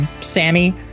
Sammy